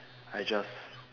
I just